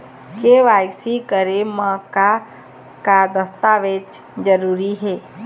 KYC करे म का का दस्तावेज जरूरी हे?